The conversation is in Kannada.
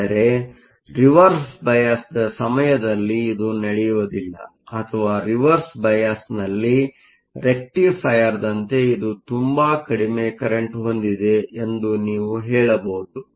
ಆದರೆ ರಿವರ್ಸ್ ಬಯಾಸ್Reverse biasನ ಸಮಯದಲ್ಲಿ ಇದು ನಡೆಯುವುದಿಲ್ಲ ಅಥವಾ ರಿವರ್ಸ್ ಬೈಅಸ್Baisನಲ್ಲಿ ರೆಕ್ಟಿಪೈರ್ದಂತೆ ಇದು ತುಂಬಾ ಕಡಿಮೆ ಕರೆಂಟ್ ಹೊಂದಿದೆ ಎಂದು ನೀವು ಹೇಳಬಹುದು